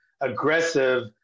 aggressive